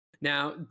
Now